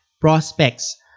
prospects